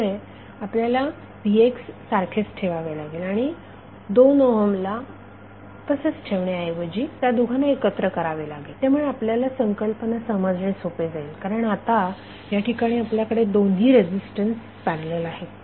त्यामुळे आपल्याला vx सारखेच ठेवावे लागेल आणि 2 ओहम ला तसेच ठेवण्याऐवजी त्या दोघांना एकत्र करावे लागेल त्यामुळे आपल्याला संकल्पना समजणे सोपे जाईल कारण आता या ठिकाणी आपल्याकडे दोन्ही रेझीस्टन्स पॅरलल आहेत